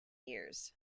years